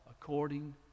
according